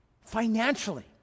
Financially